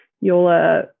Yola